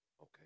Okay